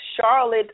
Charlotte